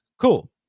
Cool